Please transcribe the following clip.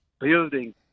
building